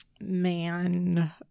man